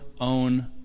own